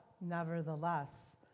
nevertheless